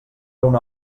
una